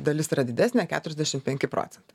dalis yra didesnė keturiasdešim penki procentai